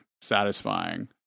satisfying